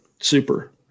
super